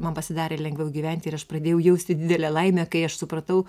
man pasidarė lengviau gyventi ir aš pradėjau jausti didelę laimę kai aš supratau